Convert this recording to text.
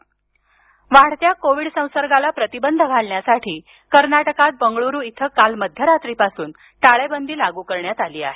टाळेबंदी वाढत्या कोविड संसर्गाला प्रतिबंध घालण्यासाठी कर्नाटकात बंगळूरू इथं काल मध्यरात्रीपासून टाळेबदी लागू करण्यात आली आहे